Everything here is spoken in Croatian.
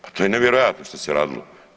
Pa to je nevjerojatno što se radilo.